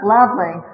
Lovely